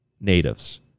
Natives